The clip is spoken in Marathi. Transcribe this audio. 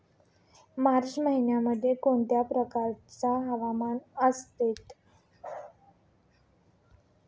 मार्च महिन्यामध्ये कोणत्या प्रकारचे हवामान असते?